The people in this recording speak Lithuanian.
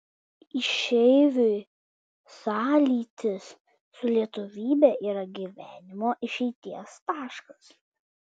išeiviui sąlytis su lietuvybe yra gyvenimo išeities taškas